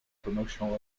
promotional